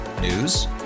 News